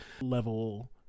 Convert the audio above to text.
level